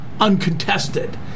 uncontested